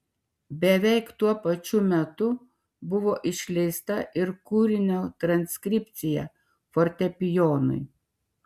beveik tuo pačiu metu buvo išleista ir kūrinio transkripcija fortepijonui